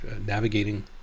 navigating